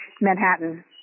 Manhattan